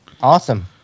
Awesome